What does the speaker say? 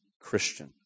Christian